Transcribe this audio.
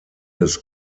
des